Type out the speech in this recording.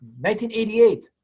1988